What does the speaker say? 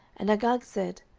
and agag said,